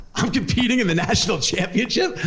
i'm competing in the national championship?